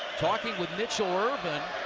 talking with mitchell irvin.